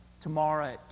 tomorrow